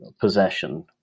possession